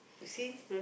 you see